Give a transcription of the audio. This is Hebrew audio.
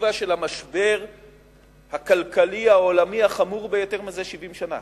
בפרספקטיבה של המשבר הכלכלי העולמי החמור ביותר זה 70 שנה,